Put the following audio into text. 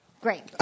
Great